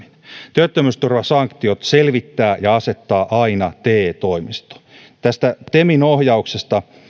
työttömyysturvasanktiot selvittää ja asettaa aina te toimisto temin ohjauksesta